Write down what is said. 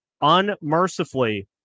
unmercifully